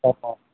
অঁ